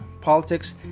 politics